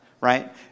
right